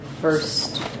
First